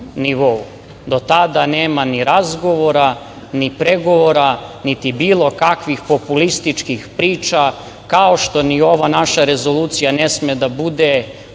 Do tada nema ni razgovora, ni pregovora, niti bilo kakvih populističkih priča, kao što ni ova naša rezolucija ne sme da bude poziv na